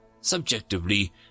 Subjectively